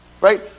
right